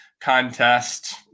contest